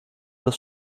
das